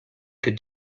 could